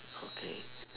okay